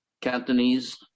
Cantonese